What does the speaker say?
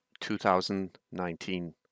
2019